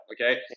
okay